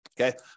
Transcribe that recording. okay